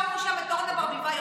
שמנו שם את אורנה ברביבאי,